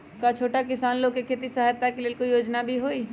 का छोटा किसान लोग के खेती सहायता के लेंल कोई योजना भी हई?